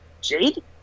jade